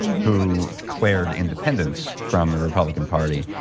who declared independence from the republican party,